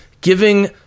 giving